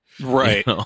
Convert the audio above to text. Right